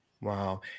Wow